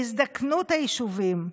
להזדקנות היישובים,